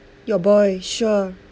your boy sure